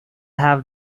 have